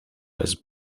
was